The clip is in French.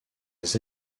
les